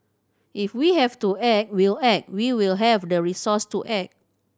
if we have to act we'll act we will have the resource to act